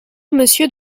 monsieur